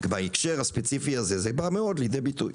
בהקשר הספציפי הזה זה בא לידי ביטוי.